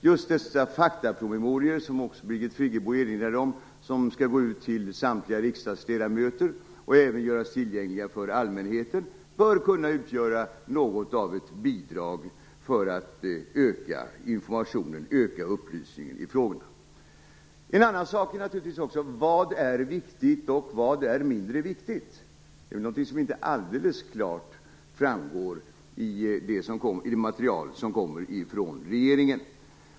Just dessa faktapromemorior, som också Birgit Friggebo erinrade om, som skall gå ut till samtliga riksdagsledamöter och även göras tillgängliga för allmänheten bör kunna utgöra något av ett bidrag till att öka informationen och upplysningen i frågorna. En annan fråga är naturligtvis vad som är viktigt och vad som är mindre viktigt. Det är väl någonting som inte alldeles klart framgår i materialet från regeringen.